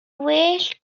well